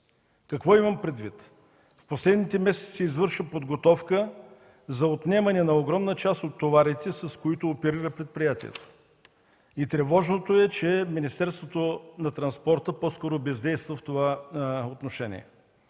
Какво имам предвид. В последните месеци се извършва подготовка за отнемане на огромна част от товарите, с които оперира предприятието. Тревожното е, че Министерството на транспорта по-скоро бездейства в това отношение,